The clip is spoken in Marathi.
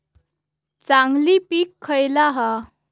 चांगली पीक खयला हा?